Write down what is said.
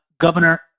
governor